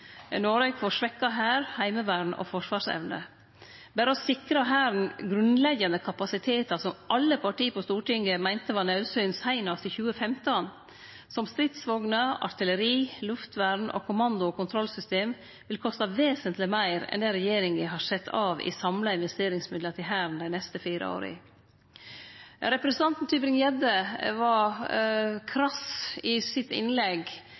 Noreg får svekt hær, heimevern og forsvarsevne. Berre å sikre Hæren grunnleggjande kapasitetar som alle partia på Stortinget meinte var naudsynt seinast i 2015, som stridsvogner, artilleri, luftvern og kommando- og kontrollsystem, vil koste vesentleg meir enn det regjeringa har sett av i samla investeringsmiddel til Hæren dei neste fire åra. Representanten Tybring-Gjedde var krass i sitt innlegg